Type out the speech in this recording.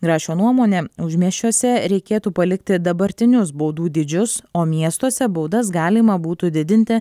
grašio nuomone užmiesčiuose reikėtų palikti dabartinius baudų dydžius o miestuose baudas galima būtų didinti